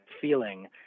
feeling